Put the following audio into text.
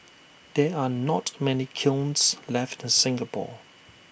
there are not many kilns left in Singapore